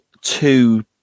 two